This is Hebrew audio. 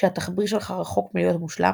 כשהתחביר שלך רחוק מלהיות מושלם,